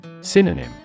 Synonym